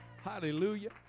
Hallelujah